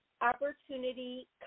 opportunity